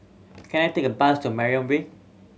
can I take a bus to Mariam Way